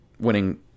winning